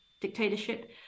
dictatorship